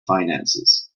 finances